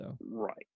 Right